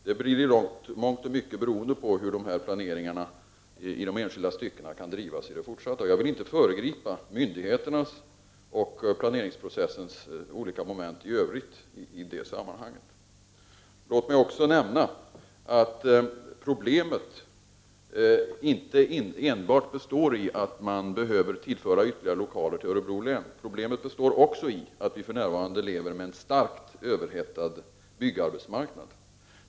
Det blir i mångt och mycket beroende på hur planeringarna i de enskilda styckena kan drivas i fortsättningen. Jag vill inte föregripa myndigheternas och planeringsprocessens olika moment i övrigt i det sammanhanget. Låt mig också nämna att problemet inte enbart består i att man behöver tillföra ytterligare lokaler till Örebro län. Problemet består också i att vi för närvarande lever med en starkt överhettad byggarbetsmarknad.